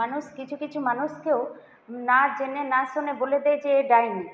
মানুষ কিছু কিছু মানুষকেও না জেনে না শুনে বলে দেয় যে এ ডাইনি